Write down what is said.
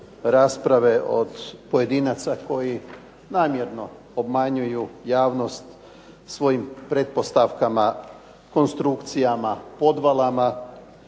rasprave od pojedinaca koji namjerno obmanjuju javnost svojim pretpostavkama, konstrukcijama, podvalama